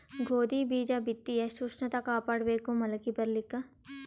ಗೋಧಿ ಬೀಜ ಬಿತ್ತಿ ಎಷ್ಟ ಉಷ್ಣತ ಕಾಪಾಡ ಬೇಕು ಮೊಲಕಿ ಬರಲಿಕ್ಕೆ?